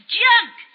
junk